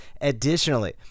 Additionally